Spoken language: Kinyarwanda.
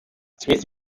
smith